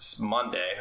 Monday